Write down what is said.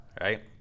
right